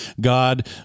god